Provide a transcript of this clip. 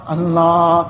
Allah